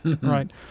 right